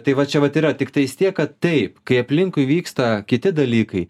tai va čia vat yra tiktais tiek kad taip kai aplinkui vyksta kiti dalykai